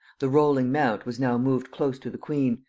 the rolling mount was now moved close to the queen,